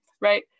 right